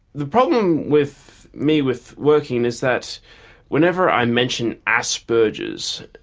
the problem with me with working is that whenever i mention asperger's,